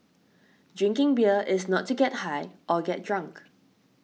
drinking beer is not to get high or get drunk